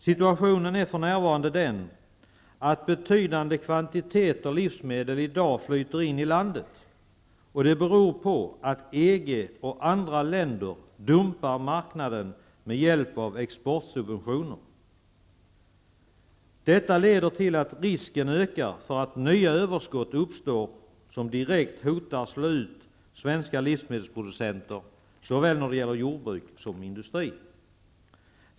Situationen är för närvarande den, att betydande kvantiteter livsmedel i dag flyter in i landet. Det beror på att länderna inom EG och andra länder dumpar marknaden med hjälp av exportsubventioner. Detta leder till att risken ökar för att nya överskott uppstår, vilka direkt hotar att slå ut svenska livsmedelsproducenter inom såväl jordbruket som industrin.